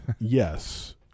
yes